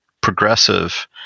progressive